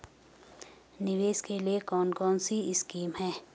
निवेश के लिए कौन कौनसी स्कीम हैं?